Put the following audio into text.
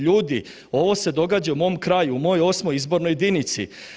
Ljudi, ovo se događa u mom kraju, u mojoj 8. izbornoj jedinici.